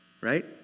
right